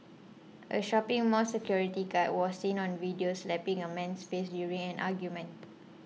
a shopping mall security guard was seen on video slapping a man's face during an argument